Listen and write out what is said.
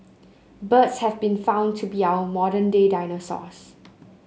birds have been found to be our modern day dinosaurs